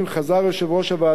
חזר יושב-ראש הוועדה,